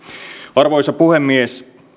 arvoisa puhemies